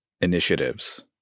initiatives